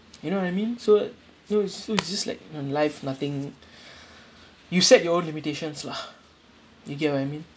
you know what I mean so no so it's just like in life nothing you set your own limitations lah you get what I mean